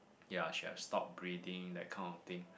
ya she had stopped breathing that kind of thing